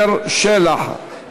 אם כן, הצעת החוק לא נתקבלה.